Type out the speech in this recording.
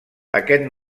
aquest